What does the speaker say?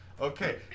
Okay